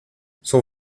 son